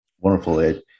Wonderful